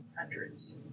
hundreds